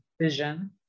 Vision